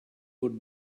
would